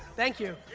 thank you.